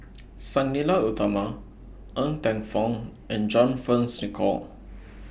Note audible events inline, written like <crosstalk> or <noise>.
<noise> Sang Nila Utama Ng Teng Fong and John Fearns Nicoll <noise>